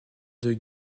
deux